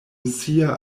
sia